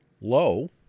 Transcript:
low